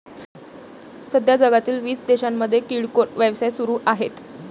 सध्या जगातील वीस देशांमध्ये किरकोळ व्यवसाय सुरू आहेत